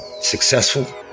successful